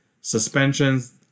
suspensions